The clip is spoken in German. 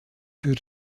für